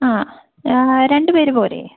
ആ രണ്ട് പേർ പോരേ